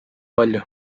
palju